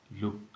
look